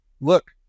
look